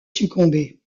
succombé